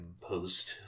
post